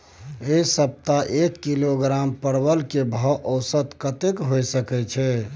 ऐ सप्ताह एक किलोग्राम परवल के भाव औसत कतेक होय सके छै?